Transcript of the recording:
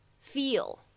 feel